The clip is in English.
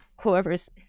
whoever's